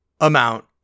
amount